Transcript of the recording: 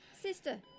Sister